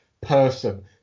person